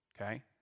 Okay